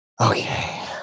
Okay